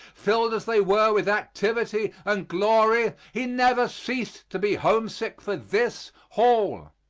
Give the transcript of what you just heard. filled as they were with activity and glory, he never ceased to be homesick for this hall.